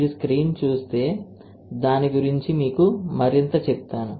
మీరు స్క్రీన్ చూస్తే నేను దాని గురించి మీకు మరింత చెప్తాను